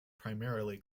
primarily